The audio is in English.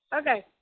Okay